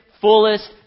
fullest